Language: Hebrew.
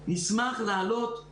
אנחנו נדרשים לעניין,